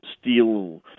steel